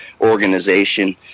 Organization